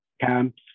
camps